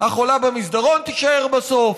החולה במסדרון תישאר בסוף,